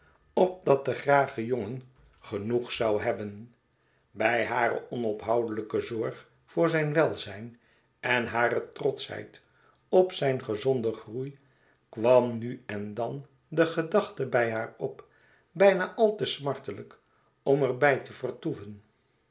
opdat de grage jongen genoeg zou hebben bij hare onophoudelyke zorg voor zijn welzijn en hare trotschheid op zijn gezonden groei kwam nu en dan de gedachte bij haar op bijna al te smartelijk om er bij te vertoeven